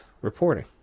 reporting